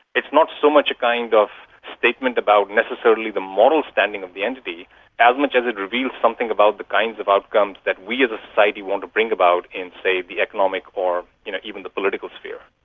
it's not so much a kind of statement about necessarily the moral standing of the entity as much as it reveals something about the kinds of outcomes that we as a society want to bring about in, say, the economic or you know even the political sphere.